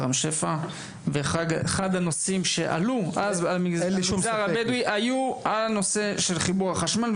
ואחד הנושאים שעלו אז בנוגע למגזר הבדואי היה נושא החיבור לחשמל,